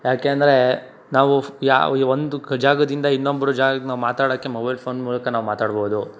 ಯಾಕೆಂದರೆ ನಾವು ಯಾವ ಒಂದು ಜಾಗದಿಂದ ಇನ್ನೊಬ್ಬರ ಜಾಗಕ್ಕೆ ನಾವು ಮಾತಾಡೋಕ್ಕೆ ಮೊಬೈಲ್ ಫೋನ್ ಮೂಲಕ ನಾವು ಮಾತಾಡ್ಬೋದು